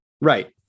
Right